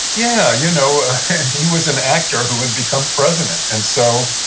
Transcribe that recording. yeah. you know he was an actor who had become president. and so,